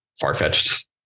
far-fetched